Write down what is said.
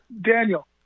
daniel